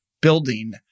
building